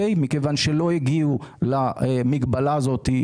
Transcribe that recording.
מכיוון שלא הגיעו למגבלה הזאת.